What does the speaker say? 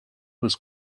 was